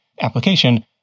application